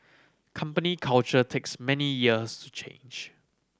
company culture takes many years to change